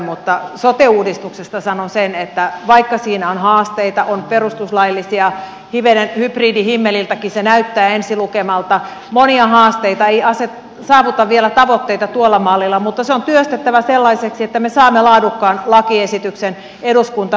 mutta sote uudistuksesta sanon sen että vaikka siinä on haasteita on perustuslaillisia hivenen hybridihimmeliltäkin se näyttää ensilukemalta on monia haasteita ei saavuteta vielä tavoitteita tuolla mallilla niin se on työstettävä sellaiseksi että me saamme laadukkaan lakiesityksen eduskuntaan